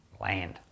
land